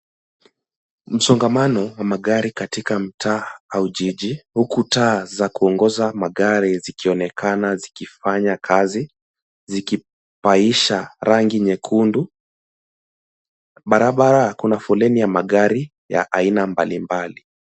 Kuna msongamano wa magari katika mtaa au jiji, huku taa za kuongoza magari zikionekana zikifanya kazi na zikibaisha rangi nyekundu. Barabara kuna foleni ya magari ya aina mbalimbali.